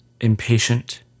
impatient